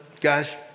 guys